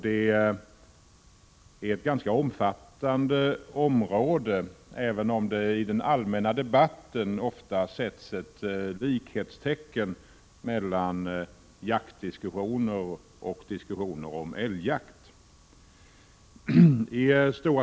Det är ett ganska omfattande område, även om det i den allmänna debatten ofta sätts ett likhetstecken mellan diskussionerna om jakt och diskussionerna om älgjakt.